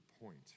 point